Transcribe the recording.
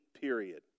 period